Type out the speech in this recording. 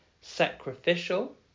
sacrificial